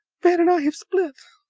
van and i have split!